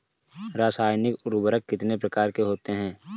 रासायनिक उर्वरक कितने प्रकार के होते हैं?